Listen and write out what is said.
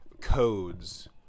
codes